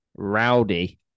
Rowdy